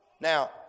Now